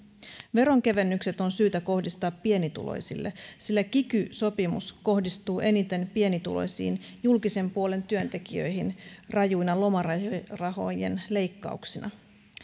veronkevennykset on syytä kohdistaa pienituloisille sillä kiky sopimus kohdistuu eniten pienituloisiin julkisen puolen työntekijöihin rajuina lomarahojen leikkauksina